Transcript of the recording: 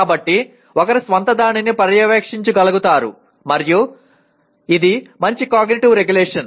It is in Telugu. కాబట్టి ఒకరి స్వంతదానిని పర్యవేక్షించగలుగుతారు మరియు ఇది మంచి మెటాకాగ్నిటివ్ రెగ్యులేషన్